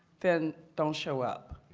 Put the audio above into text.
then don't show up.